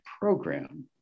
program